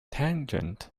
tangent